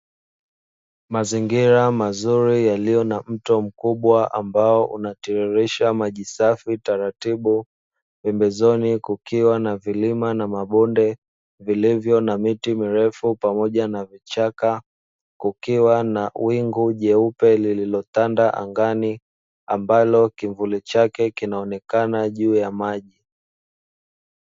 Mazingira mazuri yaliyo na mto mkubwa ambao unatiririsha maji safi taratibu, pembezoni kukiwa na vilima na mabonde vilivyo na miti mirefu pamoja na vichaka, kukiwa na wingu jeupe lililotanda angani, ambalo kivuli chake kinaonekana juu ya maji.